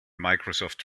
microsoft